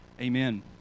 Amen